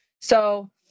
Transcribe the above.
So-